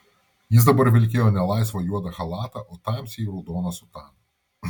jis dabar vilkėjo ne laisvą juodą chalatą o tamsiai raudoną sutaną